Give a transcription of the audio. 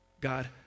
God